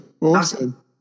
Awesome